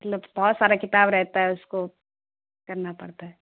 مطلب بہت سارا کتاب رہتا ہے اس کو کرنا پڑتا ہے